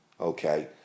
okay